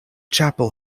chapel